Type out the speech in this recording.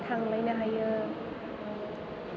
थांलायनो हायो